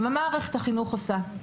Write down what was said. מה מערכת החינוך עושה?